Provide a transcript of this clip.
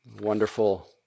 wonderful